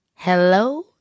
Hello